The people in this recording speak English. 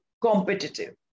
competitive